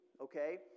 okay